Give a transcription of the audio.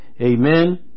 Amen